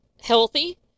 healthy